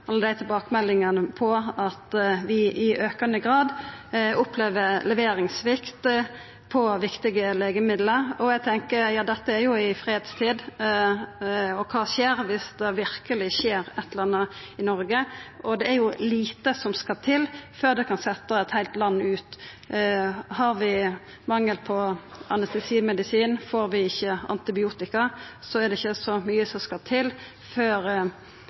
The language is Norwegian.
alle tilbakemeldingane om at vi i aukande grad opplever leveringssvikt på viktige legemiddel. Da tenkjer eg at dette er i fredstid, og kva skjer dersom det verkeleg skjer eit eller anna i Noreg? Det er lite som skal til før det kan setja eit heilt land ut. Har vi mangel på anestesimedisin, og får vi ikkje antibiotika, er det ikkje så mykje som skal til før